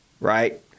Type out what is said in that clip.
right